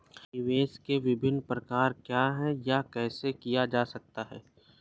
निवेश के विभिन्न प्रकार क्या हैं यह कैसे किया जा सकता है?